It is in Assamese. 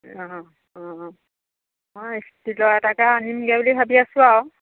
অ অ মই ষ্টিলৰ এটাকে আনিমগৈ বুলি ভাবি আছোঁ আৰু